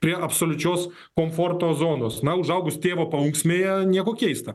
prie absoliučios komforto zonos na užaugus tėvo paunksmėje nieko keista